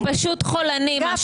זה פשוט חולני.